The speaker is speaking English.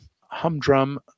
humdrum